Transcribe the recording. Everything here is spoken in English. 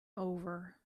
over